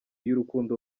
y’urukundo